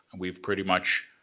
we've pretty much,